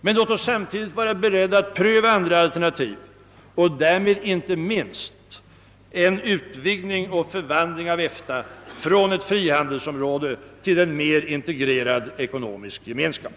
Men låt oss samtidigt vara beredda att pröva andra alternativ och därvid inte minst en utvidgning och förvandling av EFTA från ett frihandelsområde till en mer integrerad ekonomisk gemenskap.